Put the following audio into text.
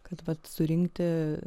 kad surinkti